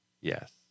Yes